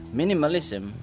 minimalism